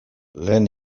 lehen